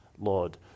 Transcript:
Lord